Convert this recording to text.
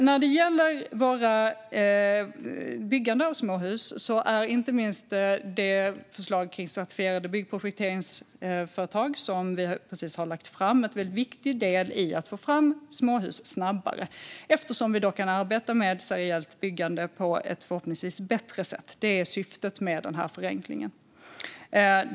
När det gäller byggande av småhus är inte minst det förslag kring certifierade byggprojekteringsföretag som vi precis har lagt fram en väldigt viktig del i att få fram småhus snabbare eftersom vi då förhoppningsvis kan arbeta med seriellt byggande på ett bättre sätt. Detta är syftet med förenklingen.